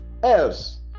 Else